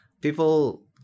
people